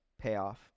payoff